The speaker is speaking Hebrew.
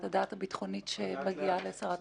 הביטחונית שמגיעה לשרת הפנים?